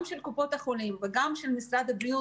גם של קופות החולים וגם של משרד הבריאות